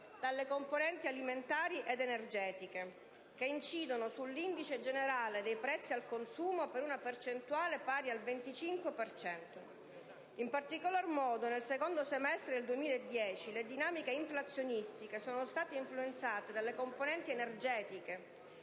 dalle componenti alimentari ed energetiche, che incidono sull'indice generale dei prezzi al consumo per una percentuale pari al 25 per cento. In particolar modo, nel secondo semestre del 2010 le dinamiche inflazionistiche sono state influenzate dalle componenti energetiche